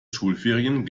schulferien